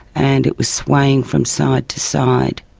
and it was swaying from side to side.